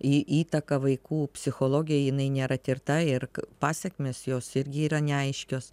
į įtaka vaikų psichologijai jinai nėra tirta ir pasekmės jos irgi yra neaiškios